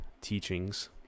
teachings